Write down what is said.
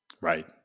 Right